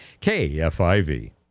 KFIV